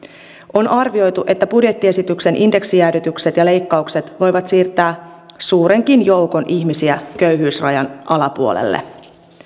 on arvioitu että budjettiesityksen indeksijäädytykset ja leikkaukset voivat siirtää suurenkin joukon ihmisiä köyhyysrajan alapuolelle